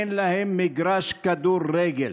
אין להם מגרש כדורגל